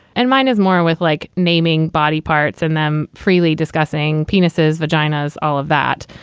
and mine is more with like naming body parts in them, freely discussing penises, vaginas, all of that.